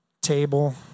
table